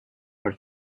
her